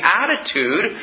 attitude